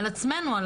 על עצמנו.